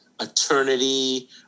eternity